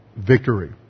Victory